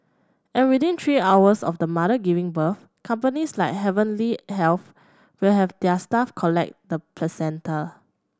and within three hours of the mother giving birth companies like Heavenly Health will have their staff collect the placenta